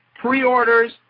pre-orders